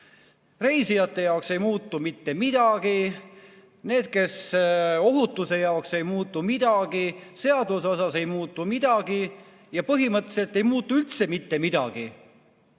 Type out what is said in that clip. Reisijate jaoks ei muutu mitte midagi, nende ohutuse seisukohalt ei muutu midagi, seaduse osas ei muutu midagi ja põhimõtteliselt ei muutu üldse mitte midagi.